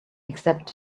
except